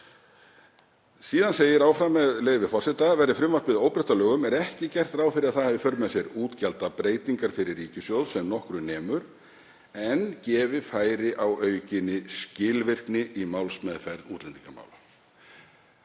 Síðan segir áfram, með leyfi forseta: „Verði frumvarpið óbreytt að lögum er ekki gert ráð fyrir að það hafi í för með sér útgjaldabreytingar fyrir ríkissjóð sem nokkru nemur en gefi færi á aukinni skilvirkni í málsmeðferð útlendingamála.“